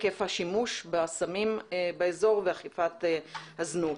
היקף השימוש בסמים באזור ואכיפת הזנות.